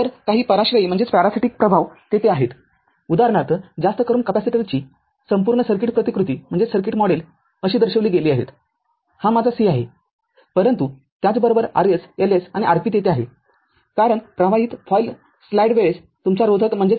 तरकाही पराश्रयी प्रभाव तेथे आहेत उदाहरणार्थजास्त करून कॅपेसिटरची संपूर्ण सर्किट प्रतिकृती अशी दर्शविली गेली आहेहा माझा C आहेपरंतु त्याचबरोबर Rs Ls आणि Rp तेथे आहे कारण प्रवाहित फॉईल स्लाईड वेळेस तुमचा रोधक आहे